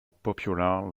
popular